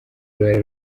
uruhare